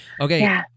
Okay